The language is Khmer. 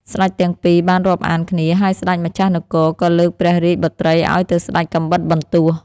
ស្ដេចទាំងពីរបានរាប់អានគ្នា ហើយស្ដេចម្ចាស់នគរក៏លើកព្រះរាជបុត្រីឱ្យទៅស្ដេចកាំបិតបន្ទោះ។